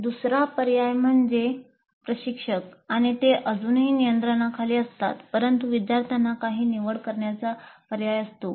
दुसरा पर्याय म्हणजे प्रशिक्षक आणि ते अजूनही नियंत्रणाखाली असतात परंतु विद्यार्थ्यांना काही निवड करण्याचा पर्याय असतो